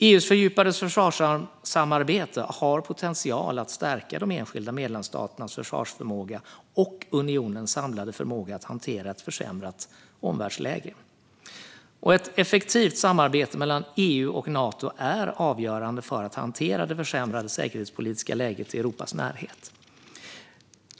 EU:s fördjupade försvarssamarbete har potential att stärka de enskilda medlemsstaternas försvarsförmåga och unionens samlade förmåga att hantera ett försämrat omvärldsläge. Och ett effektivt samarbete mellan EU och Nato är avgörande för att hantera det försämrade säkerhetspolitiska läget i Europas närhet.